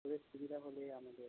ওদের সুবিধা হলেই আমাদের